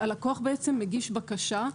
הלקוח בעצם מגיש בקשה,